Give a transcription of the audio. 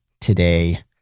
today